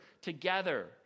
together